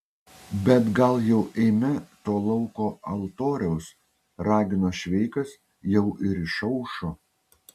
bet gal jau eime to lauko altoriaus ragino šveikas jau ir išaušo